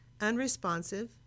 unresponsive